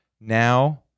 Now